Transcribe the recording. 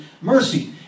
mercy